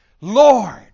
Lord